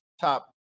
top